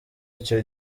icyo